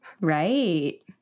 Right